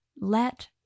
Let